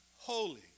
holy